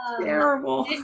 terrible